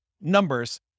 numbers